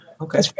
Okay